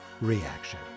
reaction